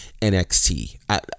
NXT